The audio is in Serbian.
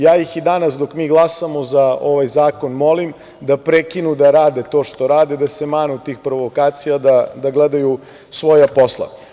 Ja ih i danas dok mi glasamo za ovaj zakon, molim da prekinu da rade to što rade, da se manu tih provokacija, da gledaju svoja posla.